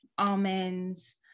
Almonds